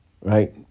Right